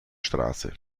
straße